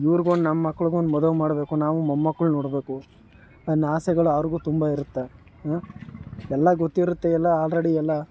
ಇವ್ರ್ಗೊಂದು ನಮ್ಮ ಮಕ್ಳಿಗೊಂದು ಮದುವೆ ಮಾಡಬೇಕು ನಾವು ಮೊಮ್ಮಕ್ಳನ್ನ ನೋಡಬೇಕು ಅನ್ನೊ ಆಸೆಗಳು ಅವರಿಗೂ ತುಂಬ ಇರುತ್ತೆ ಹಾಂ ಎಲ್ಲ ಗೊತ್ತಿರುತ್ತೆ ಎಲ್ಲ ಆಲ್ರೆಡಿ ಎಲ್ಲ